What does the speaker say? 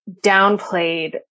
downplayed